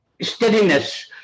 steadiness